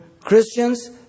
Christians